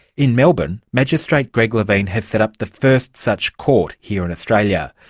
in melbourne, magistrate greg levine has set up the first such court here in australia.